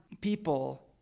people